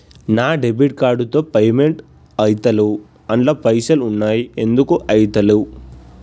నా debit card తో payment ఐతలేవ్ అండ్ల పైసల్ ఉన్నయి ఎందుకు ఐతలేవ్?